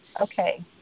Okay